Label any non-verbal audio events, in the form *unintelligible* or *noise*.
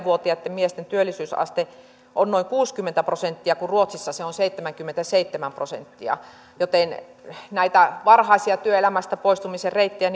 *unintelligible* vuotiaitten miesten työllisyysaste on noin kuusikymmentä prosenttia kun ruotsissa se on seitsemänkymmentäseitsemän prosenttia joten näitä varhaisia työelämästä poistumisen reittejä *unintelligible*